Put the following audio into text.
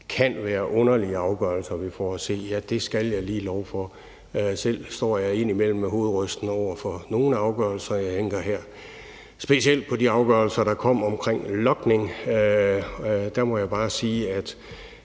kan være underlige afgørelser, vi får at se, skal jeg lige love for. Selv står jeg indimellem hovedrystende over for nogle af afgørelserne, specielt de afgørelser, der kom omkring logning. Jeg tror ikke,